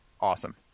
awesome